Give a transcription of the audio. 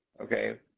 okay